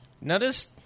Notice